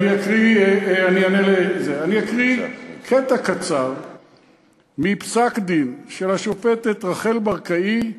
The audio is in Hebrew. אני אקריא קטע קצר מפסק-דין של השופטת רחל ברקאי,